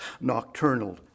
nocturnal